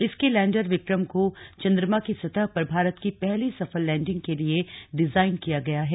इसके लैंडर विक्रम को चंद्रमा की सतह पर भारत की पहली सफल लैंडिंग के लिए डिजाइन किया गया है